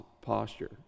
posture